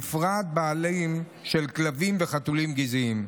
בפרט בעלים של כלבים וחתולים גזעיים.